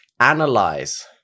analyze